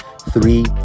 Three